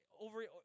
Over